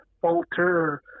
falter